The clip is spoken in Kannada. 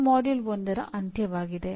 ಇದು ಮಾಡ್ಯೂಲ್ 1 ರ ಅಂತ್ಯವಾಗಿದೆ